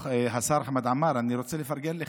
השר חמד עמאר, אני רוצה לפרגן לך.